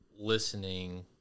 listening